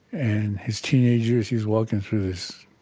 and his teenage years, he's walking through this